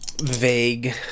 vague